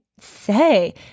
say